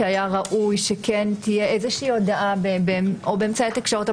היה ראוי שתהיה הודעה באמצעי התקשורת או